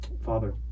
Father